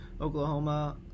Oklahoma